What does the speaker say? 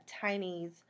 tiny's